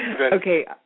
Okay